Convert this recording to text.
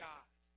God